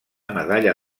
medalla